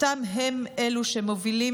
והם שמובילים,